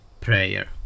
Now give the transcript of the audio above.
prayer